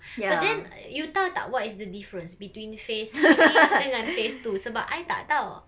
but then you tahu tak what is the difference between phase three dengan phase two sebab I tak tahu